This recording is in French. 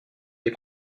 des